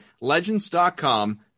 Legends.com